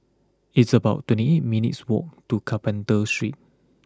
it's about twenty eight minutes' walk to Carpenter Street